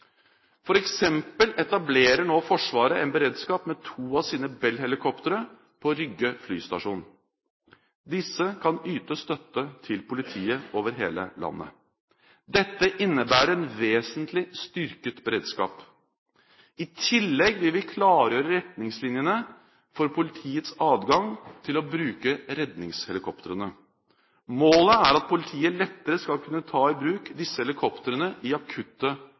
eksempel etablerer nå Forsvaret en beredskap med to av sine Bell helikoptre på Rygge flystasjon. Disse kan yte støtte til politiet over hele landet. Dette innebærer en vesentlig styrket beredskap. I tillegg vil vi klargjøre retningslinjene for politiets adgang til å bruke redningshelikoptrene. Målet er at politiet lettere skal kunne ta i bruk disse helikoptrene i akutte